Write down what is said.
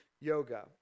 yoga